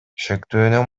шектүүнүн